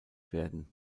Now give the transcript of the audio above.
werden